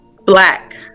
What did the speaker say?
Black